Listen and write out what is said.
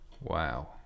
Wow